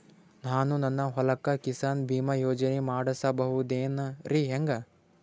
ನಾನು ನನ್ನ ಹೊಲಕ್ಕ ಕಿಸಾನ್ ಬೀಮಾ ಯೋಜನೆ ಮಾಡಸ ಬಹುದೇನರಿ ಹೆಂಗ?